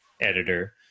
editor